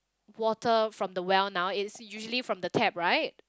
water from the well now it's usually from the tap right